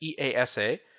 EASA